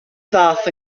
ddaeth